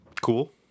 Cool